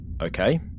Okay